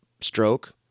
stroke